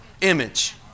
image